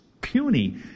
puny